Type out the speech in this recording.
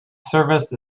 service